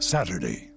Saturday